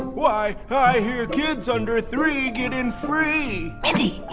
why, i hear kids under three get in free mindy,